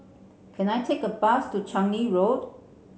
can I take a bus to Changi Road